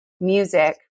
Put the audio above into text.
music